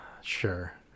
Sure